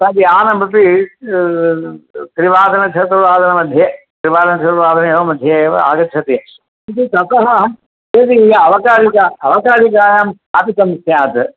तत् यानमपि त्रिवादनचतुर्वादनमध्ये त्रिवादनचतुर्वादनमध्ये एव आगच्छति किन्तु ततः यदि अवकारिका अवकारिकायां स्थापितं स्यात्